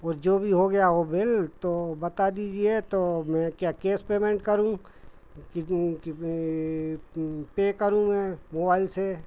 और जो भी हो गया हो बिल तो बता दीजिए तो मैं क्या कैश पेमेंट करूँ कित कितने पे करूँ मैं मोबाईल से